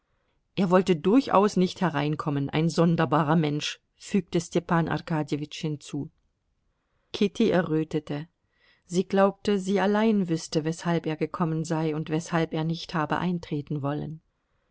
er wollte durchaus nicht hereinkommen ein sonderbarer mensch fügte stepan arkadjewitsch hinzu kitty errötete sie glaubte sie allein wüßte weshalb er gekommen sei und weshalb er nicht habe eintreten wollen